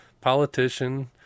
politician